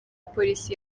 polisi